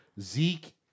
Zeke